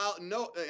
no